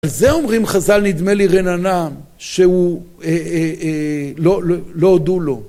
על זה אומרים חז"ל נדמה לי רננה, שהוא... לא הודו לו.